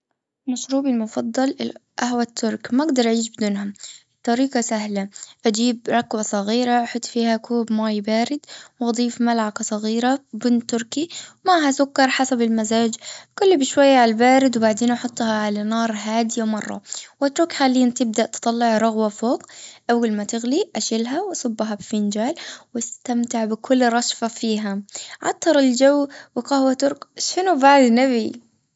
المشروب المفضل القهوة الترك ما أقدر أعيش بدونها. الطريقة سهلة بجيب ركوة صغيرة أحط فيها كوب ماي بارد. وأضيف ملعقة صغيرة بن تركي معها سكر حسب المزاج. قلب بشوية على البارد وبعدين أحطها على نار هادية مرة. خليهن تبدأ تطلع رغوة فوق أول ما تغلي أشيلها وأصبها بفنجان وأستمتع بكل رشفة فيها. عطر الجو وقهوه ترك شنو بعد نبي؟